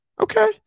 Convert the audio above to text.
Okay